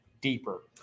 deeper